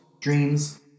dreams